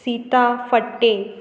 Sita Phadte